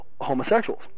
homosexuals